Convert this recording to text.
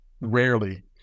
rarely